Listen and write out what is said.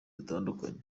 zitandukanye